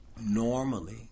normally